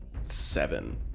seven